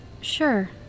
Sure